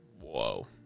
Whoa